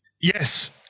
yes